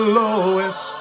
lowest